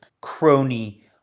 crony